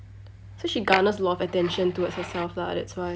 so she garners a lot of attention towards herself lah that's why